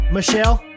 Michelle